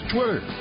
Twitter